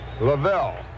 Lavelle